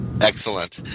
Excellent